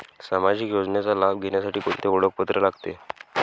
सामाजिक योजनेचा लाभ घेण्यासाठी कोणते ओळखपत्र लागते?